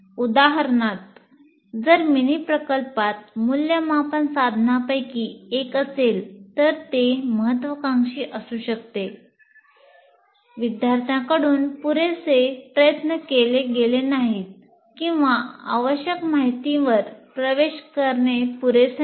उदाहरणार्थ जर मिनी प्रकल्पात मूल्यमापन साधनांपैकी एक असेल तर ते महत्वाकांक्षी असू शकते विद्यार्थ्यांकडून पुरेसे प्रयत्न केले गेले नाहीत किंवा आवश्यक माहितीवर प्रवेश करणे पुरेसे नव्हते